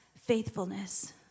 faithfulness